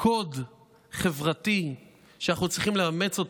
קוד חברתי שאנחנו צריכים לאמץ אותו.